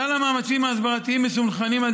כלל המאמצים ההסברתיים מסונכרנים על